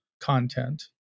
content